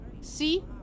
See